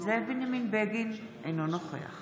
זאב בנימין בגין, אינו נוכח